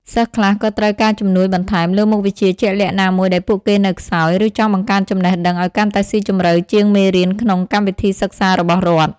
សិស្សខ្លះក៏ត្រូវការជំនួយបន្ថែមលើមុខវិជ្ជាជាក់លាក់ណាមួយដែលពួកគេនៅខ្សោយ ឬចង់បង្កើនចំណេះដឹងឲ្យកាន់តែស៊ីជម្រៅជាងមេរៀនក្នុងកម្មវិធីសិក្សារបស់រដ្ឋ។